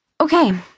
Okay